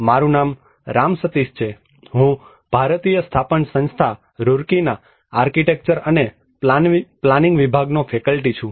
મારું નામ રામ સતીષ છે હું ભારતીય સ્થાપન સંસ્થા રુર્કીના આર્કિટેક્ચર અને પ્લાનિંગ વિભાગનો ફેકલ્ટી છું